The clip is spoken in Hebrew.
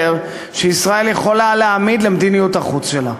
זה הצוות הגרוע ביותר שישראל יכולה להעמיד למדיניות החוץ שלה.